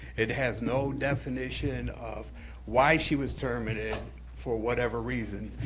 it has no definition of why she was terminated for whatever reason.